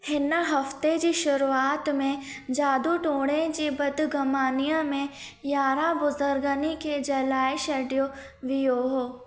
हिन हफ़्ते जी शुरूआति में जादू टोणे जी बदगु़मानी में याराहं बुजु़र्गनि खे जलाए छडि॒यो वियो हो